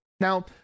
Now